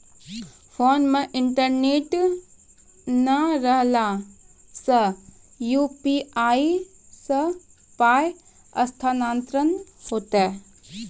Phone मे internet नै रहला सॅ, यु.पी.आई सॅ पाय स्थानांतरण हेतै?